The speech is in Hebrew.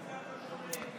תצעק, לא שומעים.